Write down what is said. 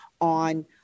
on